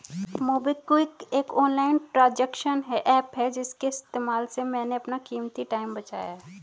MobiKwik एक online transaction app है इसके इस्तेमाल से मैंने अपना कीमती टाइम बचाया है